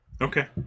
okay